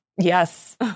yes